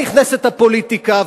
כאן נכנסת הפוליטיקה,